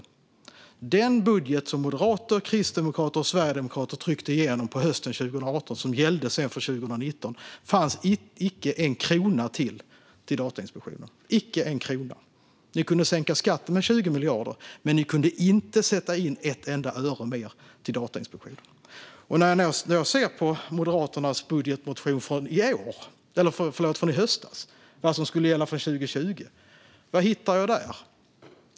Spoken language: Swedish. I den budget som moderater, kristdemokrater och sverigedemokrater tryckte igenom på hösten 2018 och som sedan gällde för 2019 fanns inte en krona till Datainspektionen. Ni kunde sänka skatten med 20 miljarder, men ni kunde inte avsätta ett enda öre mer till Datainspektionen. Om man tittar i Moderaternas budgetmotion från i höstas, som skulle gälla för 2020, vad hittar man då?